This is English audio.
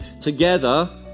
together